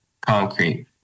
concrete